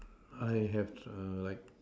I have err like